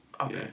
Okay